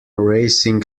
racing